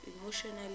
emotionally